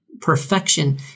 perfection